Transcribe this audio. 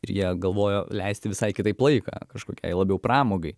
ir jie galvojo leisti visai kitaip laiką kažkokiai labiau pramogai